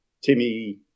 Timmy